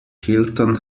hilton